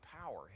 power